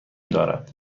دارد